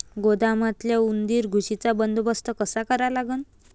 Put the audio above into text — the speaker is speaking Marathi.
गोदामातल्या उंदीर, घुशीचा बंदोबस्त कसा करा लागन?